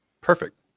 Perfect